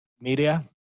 media